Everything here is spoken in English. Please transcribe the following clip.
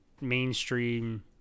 mainstream